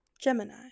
Gemini